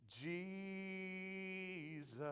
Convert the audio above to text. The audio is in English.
Jesus